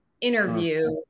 interview